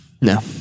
No